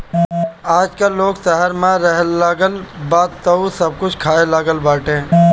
आजकल लोग शहर में रहेलागल बा तअ सब कुछ खाए लागल बाटे